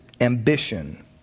ambition